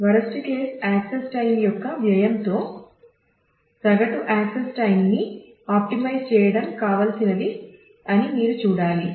worst case access time చేయడం కావాల్సినది అని మీరు చూడాలి